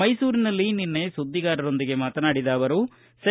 ಮೈಸೂರಿನಲ್ಲಿ ನಿನ್ನೆ ಸುದ್ದಿಗಾರರೊಂದಿಗೆ ಮಾತನಾಡಿದ ಅವರು ಸೆ